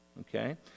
Okay